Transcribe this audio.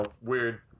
weird